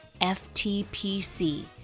FTPC